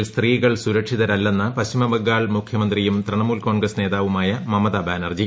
P സ്ത്രീകൾ സുരക്ഷിതരല്ലെന്ന് പശ്ചിമബംഗാൾ മുഖ്യമന്ത്രിയും തൃണമൂൽ കോൺഗ്രസ് നേതാവുമായ മമത ബാനർജി